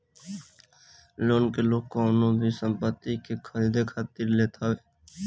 loan के लोग कवनो भी संपत्ति के खरीदे खातिर लेत हवे